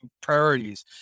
priorities